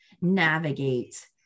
navigate